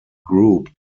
group